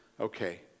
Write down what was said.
okay